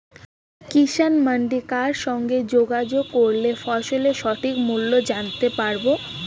কিষান মান্ডির কার সঙ্গে যোগাযোগ করলে ফসলের সঠিক মূল্য জানতে পারবো?